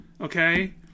Okay